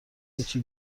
هیچی